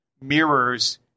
mirrors